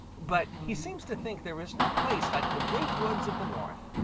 but he seems to think there is no place like the great woods of the north.